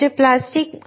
त्याचे प्लास्टिक